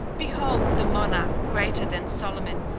behold the monarch greater than solomon,